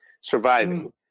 surviving